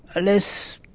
let's